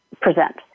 present